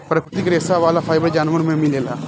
प्राकृतिक रेशा वाला फाइबर जानवर में मिलेला